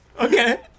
Okay